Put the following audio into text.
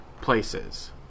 places